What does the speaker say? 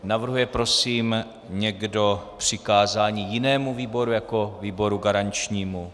Navrhuje prosím někdo přikázání jinému výboru jako výboru garančnímu?